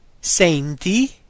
senti